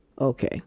okay